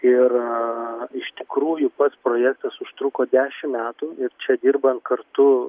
ir iš tikrųjų pats projektas užtruko dešimt metų ir čia dirbant kartu